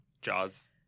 Jaws